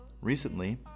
Recently